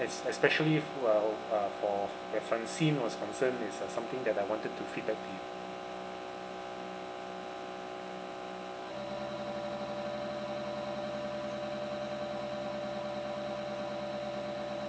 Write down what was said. es~ especially who uh uh for where francine was concerned is uh something that I wanted to feedback to you